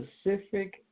specific